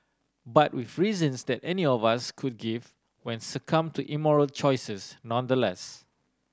but with reasons that any of us could give when succumb to immoral choices nonetheless